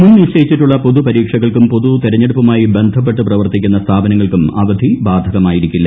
മുൻനിശ്ചയിച്ചിട്ടുള്ള പൊതു പരീക്ഷകൾക്കും പൊതു തെരഞ്ഞെടുപ്പുമായി ബന്ധപ്പെട്ടു പ്രവർത്തിക്കുന്ന സ്ഥാപനങ്ങൾക്കും അവധി ബാധകമായിരിക്കില്ല